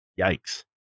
yikes